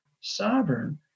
sovereign